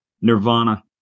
Nirvana